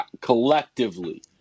collectively